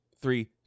three